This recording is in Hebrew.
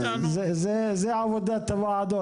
זו עבודת הוועדות.